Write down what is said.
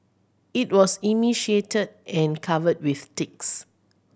it was emaciated and covered with ticks